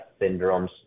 syndromes